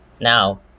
now